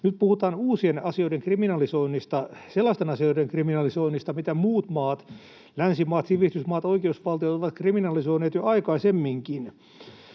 sellaisten asioiden kriminalisoinnista, mitä muut maat, länsimaat, sivistysmaat, oikeusvaltiot, ovat kriminalisoineet jo aikaisemminkin,